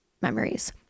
memories